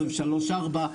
23-24,